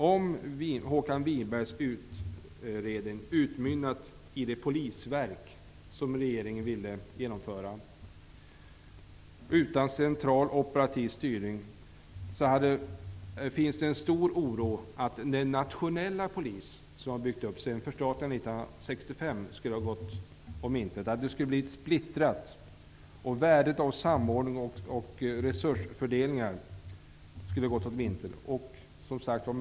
Om Håkan Winbergs utredning utmynnat i det polisverk utan central operativ styrning som regeringen ville genomföra hade det funnits stor risk för att den nationella polis som byggts upp sedan förstatligandet 1965 skulle gått om intet. Det hade blivit splittrat. Värdet av samordning och resursfördelning skulle gått om intet.